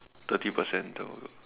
thirty percent down also